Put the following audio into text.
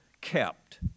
kept